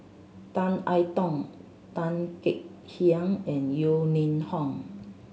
Tan I Tong Tan Kek Hiang and Yeo Ning Hong